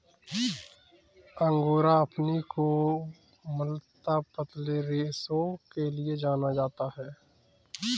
angora अपनी कोमलता, पतले रेशों के लिए जाना जाता है